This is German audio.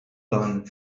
kann